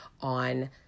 on